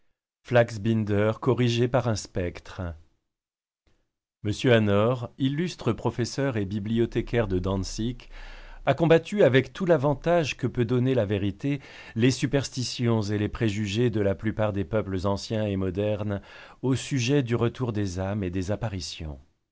corrigé par un spectre m hanor illustre professeur et bibliothécaire de dantzic a combattu avec tout l'avantage que peut donner la vérité les superstitions et les préjugés de la plupart des peuples anciens et modernes au sujet du retour des âmes et des apparitions